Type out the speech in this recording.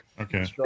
Okay